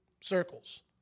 circles